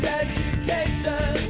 education